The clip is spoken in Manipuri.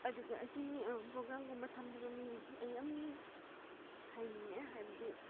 ꯑꯗꯨꯒ ꯑꯁꯤꯒꯤ ꯄ꯭ꯔꯣꯒ꯭ꯔꯥꯝꯒꯨꯝꯕ ꯊꯝꯃꯤꯕ ꯃꯤꯁꯦ ꯑꯩ ꯌꯥꯝ ꯍꯥꯏꯅꯤꯡꯉꯦ ꯍꯥꯏꯕꯗꯤ